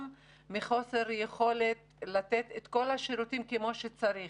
מחוסר יכולת לתת את כל השירותים כמו שצריך.